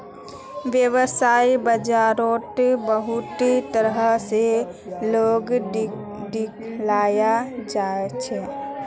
वैव्साय बाजारोत बहुत तरह से लोन दियाल जाछे